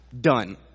Done